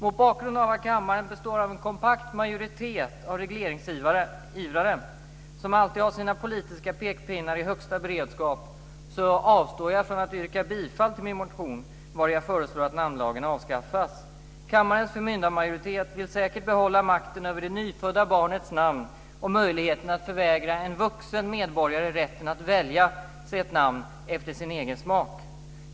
Mot bakgrund av att kammaren består av en kompakt majoritet av regleringsivrare som alltid har sina politiska pekpinnar i högsta beredskap avstår jag från att yrka bifall till min motion, vari jag föreslår att namnlagen avskaffas. Kammarens förmyndarmajoritet vill säkert behålla makten över det nyfödda barnets namn och möjligheten att förvägra en vuxen medborgare rätten att välja sig ett namn efter sin egen smak.